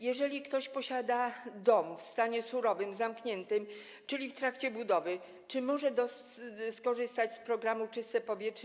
Jeżeli ktoś posiada dom w stanie surowym zamkniętym, czyli w trakcie budowy, czy może skorzystać z programu „Czyste powietrze”